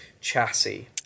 chassis